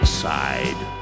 side